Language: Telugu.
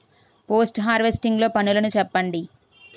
పోస్ట్ హార్వెస్టింగ్ లో పనులను చెప్పండి?